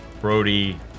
Brody